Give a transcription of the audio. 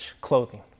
clothing